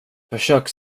försök